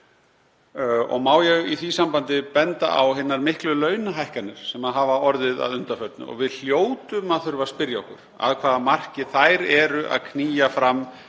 Má ég í því sambandi benda á hinar miklu launahækkanir sem orðið hafa að undanförnu og við hljótum að þurfa að spyrja okkur að hvaða marki þær knýja fram